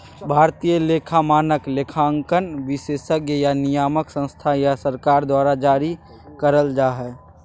भारतीय लेखा मानक, लेखांकन विशेषज्ञ या नियामक संस्था या सरकार द्वारा जारी करल जा हय